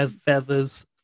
feathers